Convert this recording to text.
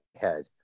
head